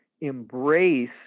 embrace